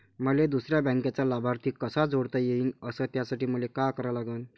मले दुसऱ्या बँकेचा लाभार्थी कसा जोडता येईन, अस त्यासाठी मले का करा लागन?